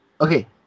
Okay